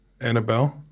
Annabelle